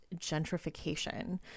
gentrification